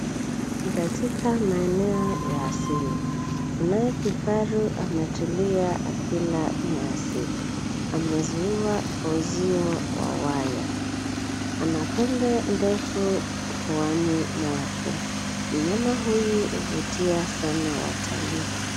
Ni katika maeneo ya asili. Kunaye kifaru ametulia akila nyasi. Amezuiwa uzio wa waya. Ana pembe ndefu puani mwake. Mnyama huyu huvutia sana watalil.